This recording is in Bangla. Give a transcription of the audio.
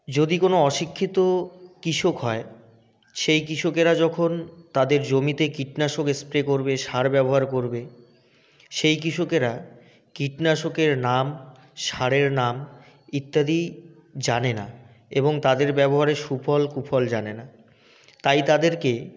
যদি কোনো অশিক্ষিত কৃষক হয় সেই কৃষকেরা যখন তাদের জমিতে কীটনাশক স্প্রে করবে সার ব্যবহার করবে সেই কৃষকেরা কীটনাশকের নাম সারের নাম ইত্যাদি জানে না এবং তাদের ব্যবহারে সুফল কুফল জানে না তাই তাদেরকে